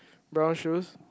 brown shoes